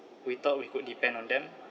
we thought we could depend on them